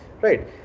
right